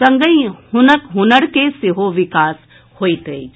संगहि हुनक हुनर के सेहो विकास होईत अछि